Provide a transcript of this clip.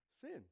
sin